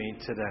today